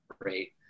great